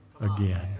again